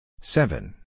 seven